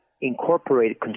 incorporate